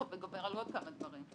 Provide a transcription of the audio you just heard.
זה גובר על עוד כמה דברים,